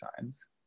signs